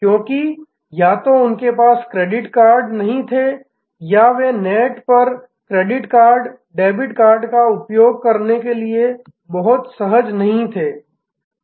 क्योंकि या तो उनके पास क्रेडिट कार्ड नहीं थे या वे नेट पर क्रेडिट कार्ड डेबिट कार्ड का उपयोग करने के लिए बहुत सहज नहीं थे